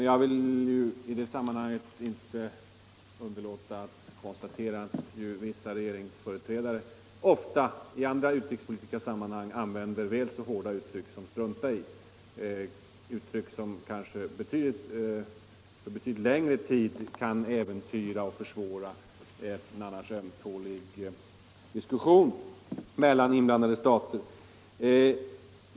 Jag vill emellertid i det sammanhanget inte underlåta att konstatera att vissa regeringsföreträdare ofta, i andra utrikespolitiska sammanhang, använder väl så hårda uttryck som ”strunta i” — uttryck som kanske för betydligt längre tid kan äventyra och försvåra en även annars ömtålig diskussion mellan inblandade stater.